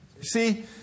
See